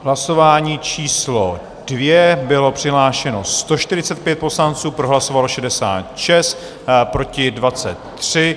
V hlasování číslo 2 bylo přihlášeno 145 poslanců, pro hlasovalo 66, proti 23.